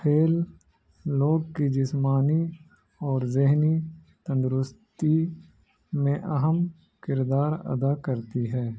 کھیل لوگ کی جسمانی اور ذہنی تندرستی میں اہم کردار ادا کرتی ہے